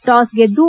toss ಗೆದ್ದು